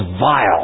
vile